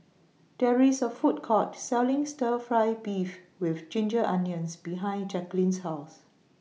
There IS A Food Court Selling Stir Fry Beef with Ginger Onions behind Jacklyn's House